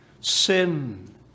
Sin